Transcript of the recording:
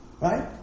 Right